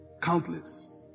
Countless